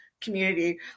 community